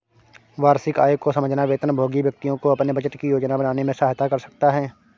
वार्षिक आय को समझना वेतनभोगी व्यक्तियों को अपने बजट की योजना बनाने में सहायता कर सकता है